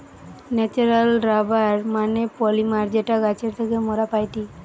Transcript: natural rubber মানে polymer যেটা গাছের থেকে মোরা পাইটি